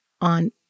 on